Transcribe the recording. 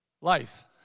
life